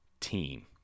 team